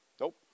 Nope